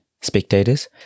spectators